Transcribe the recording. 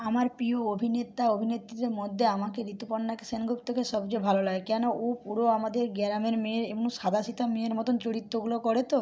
আমার প্রিয় অভিনেতা অভিনেত্রীদের মধ্যে আমাকে ঋতুপর্ণা সেনগুপ্তকে সবচেয়ে ভালো লাগে কেন ও পুরো আমাদের গ্রামের মেয়ের এবং সাধাসিধা মেয়ের মতো চরিত্রগুলো করে তো